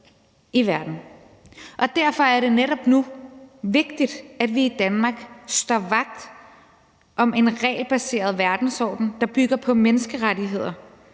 derfor er det netop nu vigtigt, at vi i Danmark står vagt om en regelbaseret verdensorden, der bygger på menneskerettigheder,